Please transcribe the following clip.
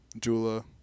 Jula